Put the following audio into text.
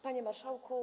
Panie Marszałku!